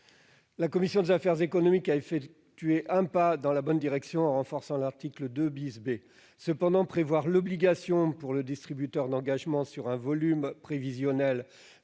La commission des affaires économiques a effectué un pas dans la bonne direction en renforçant l'article 2 B. Cependant, prévoir pour le distributeur une obligation d'engagement sur un volume prévisionnel